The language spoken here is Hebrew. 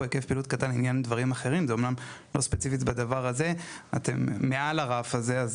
"היקף פעילות קטן" אתם מעל הרף הזה,